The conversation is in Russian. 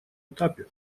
этапе